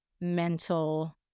mental